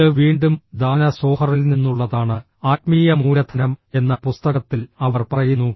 ഇത് വീണ്ടും ദാന സോഹറിൽ നിന്നുള്ളതാണ് ആത്മീയ മൂലധനം എന്ന പുസ്തകത്തിൽ അവർ പറയുന്നു